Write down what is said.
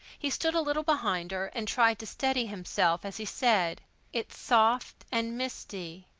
he stood a little behind her, and tried to steady himself as he said it's soft and misty.